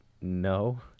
no